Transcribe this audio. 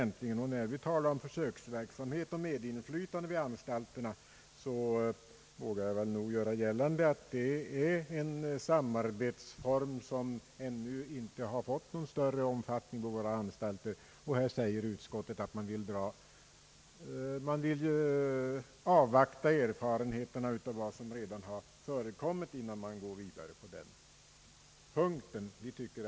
När vi talar om försöksverksamhet och medinflytande vid anstalterna vågar jag göra gällande att det är en samarbetsform som ännu inte har fått någon större omfattning. Utskottet vill avvakta erfarenheterna av vad som redan har förekommit innan man går vidare med detta arbete.